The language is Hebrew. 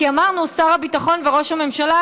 כי אמרנו: יכול להיות ששר הביטחון וראש הממשלה,